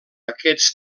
aquests